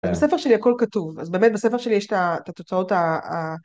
בספר שלי הכל כתוב, אז באמת בספר שלי יש את התוצאות.